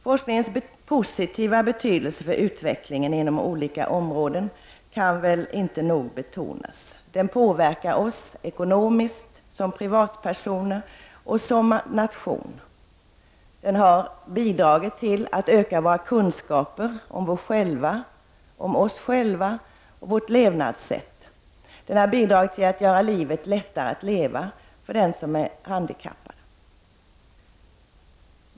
Forskningens positiva betydelse för utvecklingen av olika områden kan inte nog betonas. Den påverkar oss ekonomiskt både som privatpersoner och som nation. Den har bidragit till att öka våra kunskaper om oss själva och vårt levnadssätt. Den har bidragit till att göra livet lättare att leva för den som är handikappad.